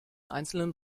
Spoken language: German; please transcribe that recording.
einzelnen